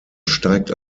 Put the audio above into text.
steigt